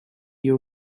you